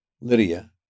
Lydia